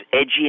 edgy